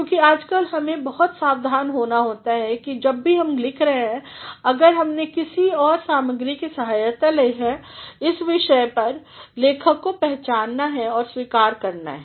क्योंकि आजकल हमें बहुत सावधान होना होता है कि जो भी हम लिख रहे हैं और अगर हमने किसी और सामग्री की सहायता ली है इस विषय पर लेखकको पहचानना है और स्वीकार करना है